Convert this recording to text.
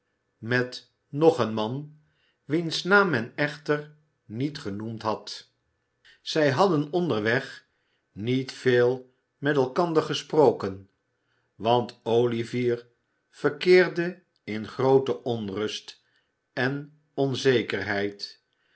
met nog een man wiens naam men echter niet genoemd had zij hadden onderweg niet veel met elkander gesproken want oüvier verkeerde in groote onrust en onzekerheid